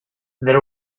there